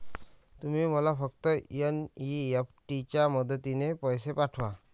तुम्ही मला फक्त एन.ई.एफ.टी च्या मदतीने पैसे पाठवा